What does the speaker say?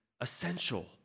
essential